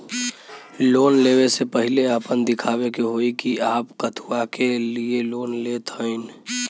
Loan ले वे से पहिले आपन दिखावे के होई कि आप कथुआ के लिए लोन लेत हईन?